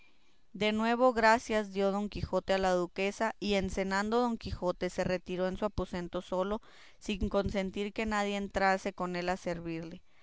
de nuevo nuevas gracias dio don quijote a la duquesa y en cenando don quijote se retiró en su aposento solo sin consentir que nadie entrase con él a servirle